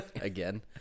again